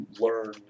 Learn